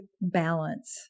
balance